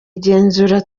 igenzura